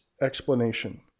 explanation